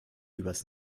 übers